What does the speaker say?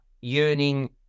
yearning